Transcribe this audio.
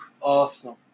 Awesome